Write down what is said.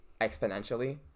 exponentially